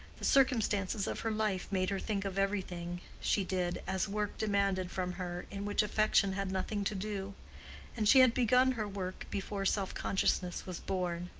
the circumstances of her life made her think of everything she did as work demanded from her, in which affectation had nothing to do and she had begun her work before self-consciousness was born.